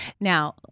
now